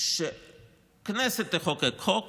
שבו הכנסת תחוקק חוק